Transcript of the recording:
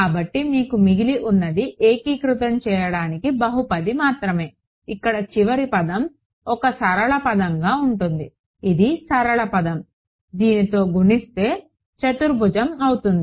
కాబట్టి మీకు మిగిలి ఉన్నది ఏకీకృతం చేయడానికి బహుపది మాత్రమే ఇక్కడ చివరి పదం ఒక సరళ పదంగా ఉంటుంది ఇది సరళ పదం దీనితో గుణిస్తే చతుర్భుజం అవుతుంది